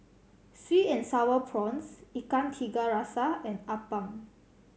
sweet and Sour Prawns Ikan Tiga Rasa and appam